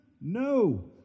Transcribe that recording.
No